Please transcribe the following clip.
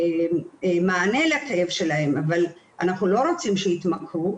מענה לכאב שלהם אבל אנחנו לא רוצים שיתמכרו,